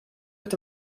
wird